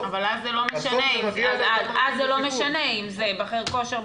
--- אבל אז זה לא משנה אם זה בחדר כושר,